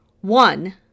One